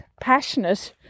passionate